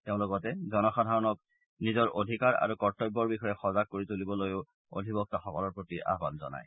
তেওঁ লগতে জনসাধাৰণক নিজৰ অধিকাৰ আৰু কৰ্তব্যৰ বিষয়ে সজাগ কৰি তুলিবলৈও অধিবক্তাসকলৰ প্ৰতি আহ্বান জনায়